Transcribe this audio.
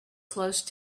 close